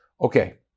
Okay